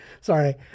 sorry